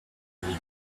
return